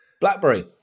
BlackBerry